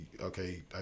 Okay